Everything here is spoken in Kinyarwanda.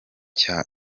cya